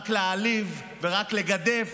רק להעליב ורק לגדף,